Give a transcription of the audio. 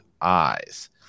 eyes